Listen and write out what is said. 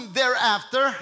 thereafter